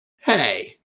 hey